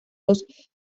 los